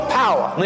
power